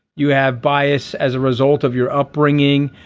you have bias as a result of your upbringing.